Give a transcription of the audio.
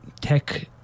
tech